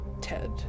Ted